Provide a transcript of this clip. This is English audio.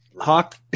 Hawk